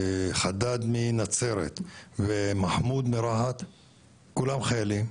חדאד מנצרת ומחמוד מרהט ורבים אחרים כולם חיילים,